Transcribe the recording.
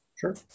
Sure